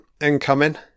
incoming